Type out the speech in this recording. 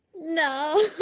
No